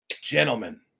gentlemen